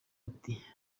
ati